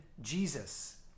Jesus